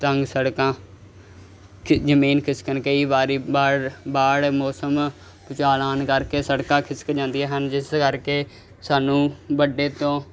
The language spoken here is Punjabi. ਤੰਗ ਸੜਕਾਂ ਖਿ ਜ਼ਮੀਨ ਖਿਸਕਣ ਕਈ ਵਾਰੀ ਬਾਰ ਬਾੜ ਮੌਸਮ ਭੁਚਾਲ ਆਉਣ ਕਰਕੇ ਸੜਕਾਂ ਖਿਸਕ ਜਾਂਦੀਆਂ ਹਨ ਜਿਸ ਕਰਕੇ ਸਾਨੂੰ ਵੱਡੇ ਤੋਂ